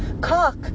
Cock